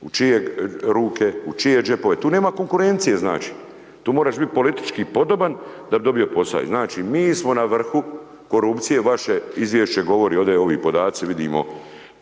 U čije ruke, u čije džepove, tu nema konkurencije znači. Tu moraš biti politički podoban, da bi dobio posao. Znači mi smo na vrhu korupcije, vaš izvješće govori, ovi podaci govori ovdje, vidimo,